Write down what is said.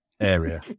area